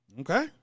Okay